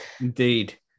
Indeed